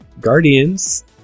Guardians